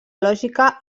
lògica